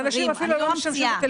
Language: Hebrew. אני לא ממציאה.